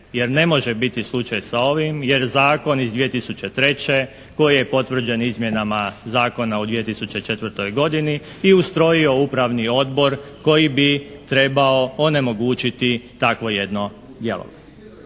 jer ne može biti slučaj sa ovim jer zakon iz 2003. koji je potvrđen izmjenama zakona u 2004. godini i ustrojio Upravni odbor koji bi trebao onemogućiti takvo jedno djelovanje.